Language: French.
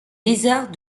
lézards